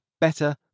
better